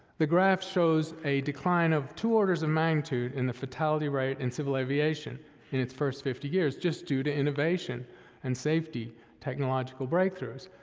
the graph shows a decline of two orders of magnitude in the fatality rate in civil aviation in its first fifty years just due to innovation in and safety technological breakthroughs,